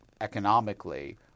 economically